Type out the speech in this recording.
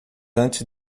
antes